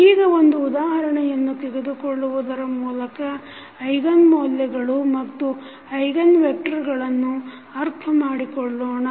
ಈಗ ಒಂದು ಉದಾಹರಣೆಯನ್ನು ತೆಗೆದುಕೊಳ್ಳುವುದರ ಮೂಲಕ ಐಗನ್ ಮೌಲ್ಯಗಳು ಮತ್ತು ಐಗನ್ ವೆಕ್ಟರ್ಗಳನ್ನು ಅರ್ಥ ಮಾಡಿಕೊಳ್ಳೋಣ